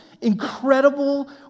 incredible